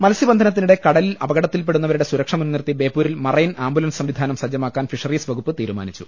മത്സ്യബന്ധനത്തിനിടെ കടലിൽ അപകടത്തിൽപ്പെടുന്നവ രുടെ സുരക്ഷ മുൻനിർത്തി ബേപ്പൂരിൽ മറൈൻ ആംബുലൻസ് സംവിധാനം സജ്ജമാക്കാൻ ഫിഷറീസ് വകുപ്പ് തീരുമാനിച്ചു